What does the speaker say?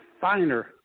finer